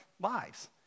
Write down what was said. lives